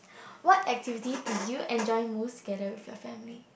what activity do you enjoy most together with your family